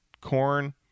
corn